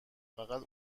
فقط